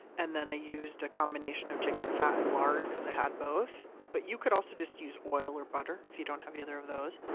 and then i used a combination of chicken fat and lard, because i had both, but you could also just use oil or butter, if you don't have either of those.